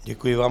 Děkuji vám.